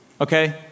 Okay